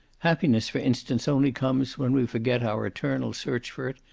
happiness for instance only comes when we forget our eternal search for it,